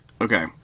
Okay